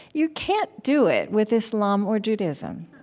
you can't do it with islam or judaism.